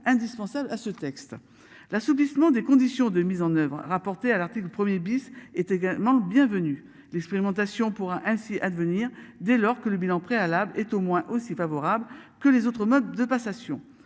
l'assouplissement des conditions de mise en oeuvre a rapporté à l'article 1er bis est également. Bienvenu l'expérimentation pourra ainsi à devenir dès lors que le bilan préalable est au moins aussi favorables que les autres modes de passation,